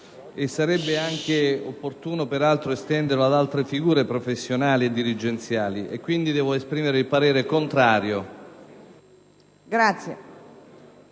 sarebbe anche opportuno, peraltro, estenderlo ad altre figure professionali e dirigenziali. Devo quindi esprimere un parere contrario.